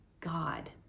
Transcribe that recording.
God